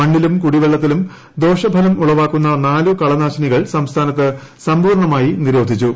മണ്ണിലും കുടിവെള്ളത്തിലും ദോഷഫലം ഉളവാക്കുന്ന നാലു കളനാശിനികൾ സംസ്ഥാനത്ത് സമ്പൂർണമായി നിരോധിച്ചു